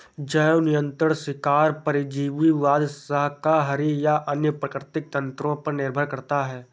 जैव नियंत्रण शिकार परजीवीवाद शाकाहारी या अन्य प्राकृतिक तंत्रों पर निर्भर करता है